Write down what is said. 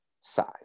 size